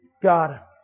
God